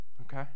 Okay